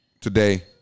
today